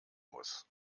muss